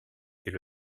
est